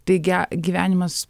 tai ge gyvenimas